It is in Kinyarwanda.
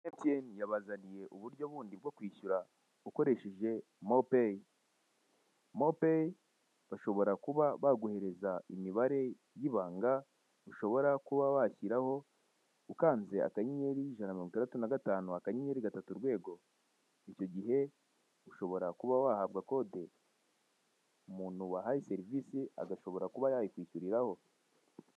MTN yabazaniye uburyo bundi bwo kwishyura ukoresheje Mo pay , Mo pay bashobora kuba baguhereza imibare y' ibanga ushobora kuba washyiraho ukanze *165*3≠ icyo gihe ushobora kuba wahabwa code umuntu wahaye serivisi agashobora kuba yayikwishyuriraho.